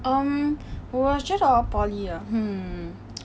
um 我觉得 poly ah hmm